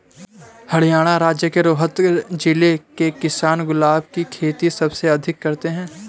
हरियाणा राज्य के रोहतक जिले के किसान गुलाब की खेती सबसे अधिक करते हैं